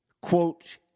Quote